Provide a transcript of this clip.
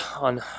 on